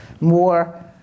more